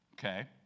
Okay